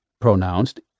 Pronounced